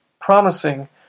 promising